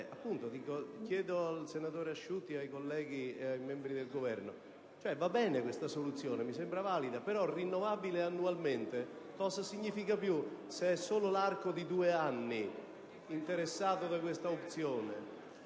*(PdL)*. Dico al senatore Asciutti, ai colleghi e ai membri del Governo che per me questa soluzione va bene, mi sembra valida, però «rinnovabile annualmente» cosa significa più se è solo l'arco di due anni ad essere interessato da questa opzione?